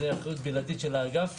זו אחריות בלעדית של האגף.